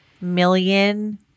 million